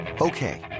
Okay